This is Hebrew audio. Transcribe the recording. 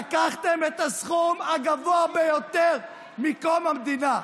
לקחתם את הסכום הגבוה ביותר מקום המדינה.